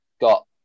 got